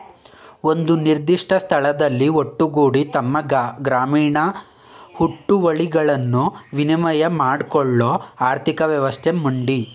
ಒಂದು ನಿರ್ದಿಷ್ಟ ಸ್ಥಳದಲ್ಲಿ ಒಟ್ಟುಗೂಡಿ ತಮ್ಮ ಗ್ರಾಮೀಣ ಹುಟ್ಟುವಳಿಗಳನ್ನು ವಿನಿಮಯ ಮಾಡ್ಕೊಳ್ಳೋ ಆರ್ಥಿಕ ವ್ಯವಸ್ಥೆ ಮಂಡಿ